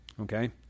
Okay